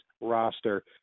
roster